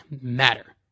matter